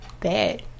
bad